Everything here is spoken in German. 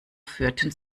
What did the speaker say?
führten